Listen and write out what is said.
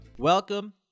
Welcome